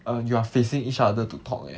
err you are facing each other to talk leh